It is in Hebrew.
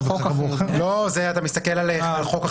לא, אתה מסתכל על חוק אחר.